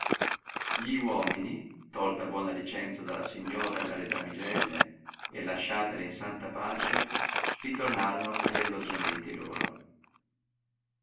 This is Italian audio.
gli uomini tolta buona licenza dalla signora e dalle damigelle e lasciatele in santa pace ritornarono a gli alloggiamenti loro